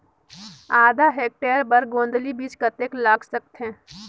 आधा हेक्टेयर बर गोंदली बीच कतेक लाग सकथे?